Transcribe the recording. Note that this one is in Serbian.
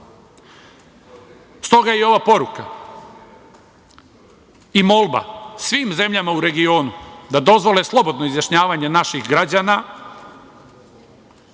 Stoga je i ova poruka i molba svim zemljama u regionu da dozvole slobodno izjašnjavanje naših građana